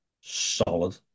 solid